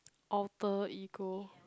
Alter Ego